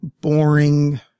boring